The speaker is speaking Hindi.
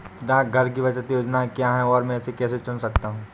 डाकघर की बचत योजनाएँ क्या हैं और मैं इसे कैसे चुन सकता हूँ?